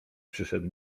przyszedł